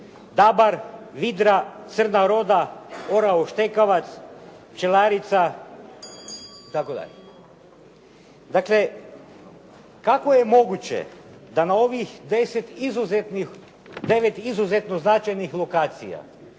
Dabar, vidra, crna roda, orao štekavac, pčelarica i tako dalje. Dakle kako je moguće da na ovih 10 izuzetnih, 9 izuzetno značajnih lokacija